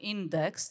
Index